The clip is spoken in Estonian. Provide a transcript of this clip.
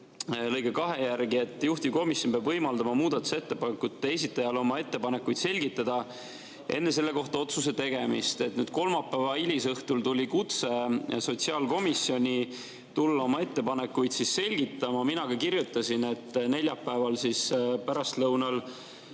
lõike 2 järgi peab juhtivkomisjon võimaldama muudatusettepanekute esitajal oma ettepanekuid selgitada enne selle kohta otsuse tegemist. Kolmapäeva hilisõhtul tuli kutse tulla sotsiaalkomisjoni oma ettepanekuid selgitama. Mina kirjutasin, et neljapäeva pärastlõunal